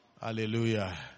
Hallelujah